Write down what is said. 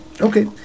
Okay